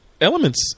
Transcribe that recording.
Elements